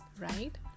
right